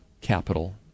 capital